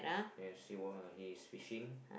yes he was he is fishing